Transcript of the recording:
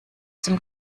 dem